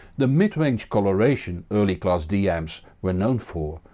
the midrange colouration early class d amps were known for,